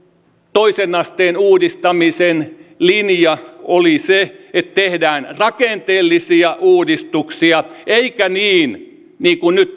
toisen asteen uudistamisen linja oli se että tehdään rakenteellisia uudistuksia eikä niin niin mihin nyt